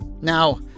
Now